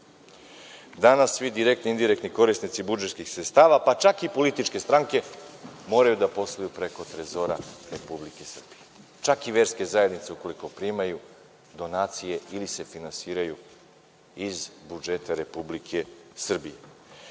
Danas svi direktni i indirektni korisnici budžetskih sredstava, pa čak i političke stranke moraju da posluju preko trezora Republike Srbije, čak i verske zajednice, ukoliko primaju donacije ili se finansiraju iz budžeta Republike Srbije. Niko